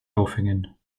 aufhängen